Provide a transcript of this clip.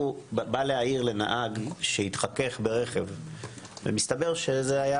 הוא בא להעיר לנהג שהתחכך ברכב ומסתבר שזה היה